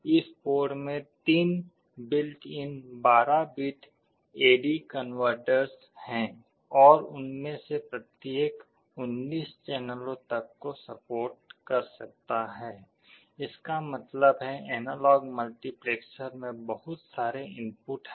इस बोर्ड में 3 built in 12 bit A D converters हैं और उनमें से प्रत्येक 19 चैनलों तक को सपोर्ट कर सकता है इसका मतलब है एनालॉग मल्टीप्लेक्सर में बहुत सारे इनपुट हैं